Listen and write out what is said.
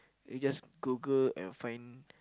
you just Google and find